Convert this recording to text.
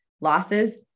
losses